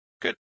Good